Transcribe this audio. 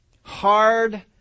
Hard